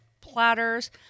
platters